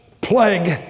plague